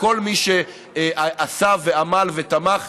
לכל מי שעשה ועמל ותמך,